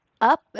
up